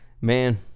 man